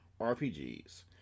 RPGs